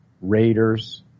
Raiders